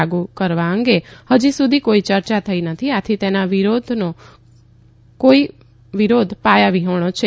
લાગુ કરવા અંગે ફજી સુધી કોઈ ચર્ચા થઈ નથી આથી તેના વિરુદ્ધનો વિરોધ પાયાવિહોણો છે